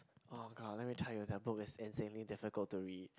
oh-god let me tell you that book is insanely difficult to read